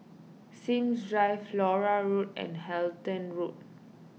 Sims Drive Flora Road and Halton Road